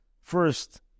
First